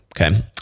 Okay